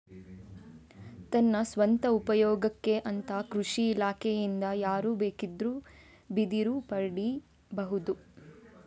ತನ್ನ ಸ್ವಂತ ಉಪಯೋಗಕ್ಕೆ ಅಂತ ಕೃಷಿ ಇಲಾಖೆಯಿಂದ ಯಾರು ಬೇಕಿದ್ರೂ ಬಿದಿರು ಪಡೀಬಹುದು